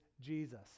jesus